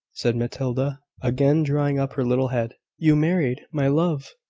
said matilda, again drawing up her little head. you married, my love!